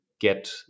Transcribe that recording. Get